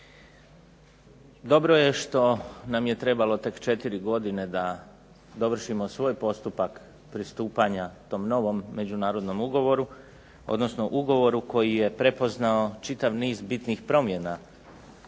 Dobro je što nam je trebalo tek četiri godine da dovršimo svoj postupak pristupanja tom novom međunarodnom ugovoru, odnosno ugovoru koji je prepoznao čitav niz bitnih promjena